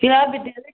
फिर आप विद्यालय